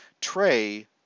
tray